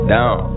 Down